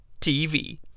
TV